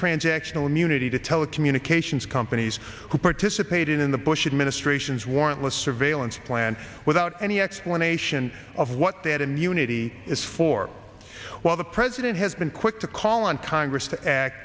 transactional immunity to telecommunications companies who participated in the bush administration's warrantless surveillance plan without any explanation of what that immunity is for while the president has been quick to call on congress to act